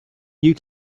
you